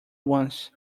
once